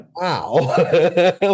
wow